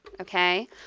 okay